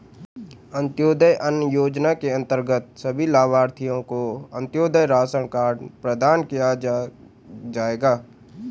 अंत्योदय अन्न योजना के अंतर्गत सभी लाभार्थियों को अंत्योदय राशन कार्ड प्रदान किया जाएगा